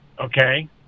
okay